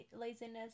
laziness